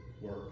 Work